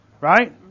Right